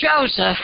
Joseph